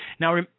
Now